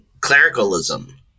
clericalism